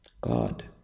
God